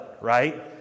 right